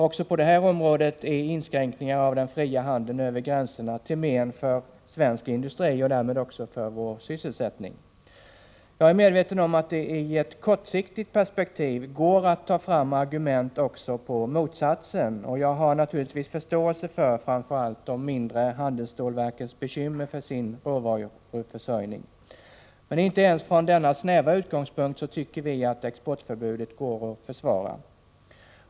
Också på det här området är inskränkningar av den fria handeln över gränserna till men för svensk industri och därmed för vår sysselsättning. Jag är medveten om att det i ett kortsiktigt perspektiv går att ta fram argument också för motsatsen. Och jag har naturligtvis förståelse för framför allt de mindre handelsstålverkens bekymmer för sin råvaruförsörjning. Men inte ens från denna snävare utgångspunkt tycker vi att exportförbudet går att försvara.